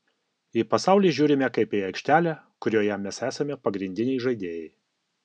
į pasaulį žiūrime kaip į aikštelę kurioje mes esame pagrindiniai žaidėjai